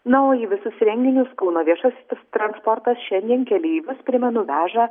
na o į visus renginius kauno viešasis transportas šiandien keleivius primenu veža